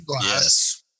Yes